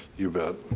you bet.